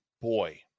boy